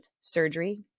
surgery